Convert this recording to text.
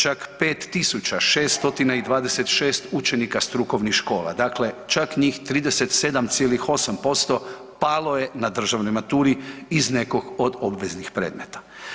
Čak 5626 učenika strukovnih škola, dakle čak njih 37,8% palo je na državnoj maturi iz nekog od obveznih predmeta.